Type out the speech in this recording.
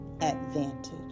advantage